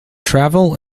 travel